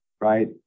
right